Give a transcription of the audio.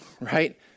right